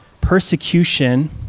Persecution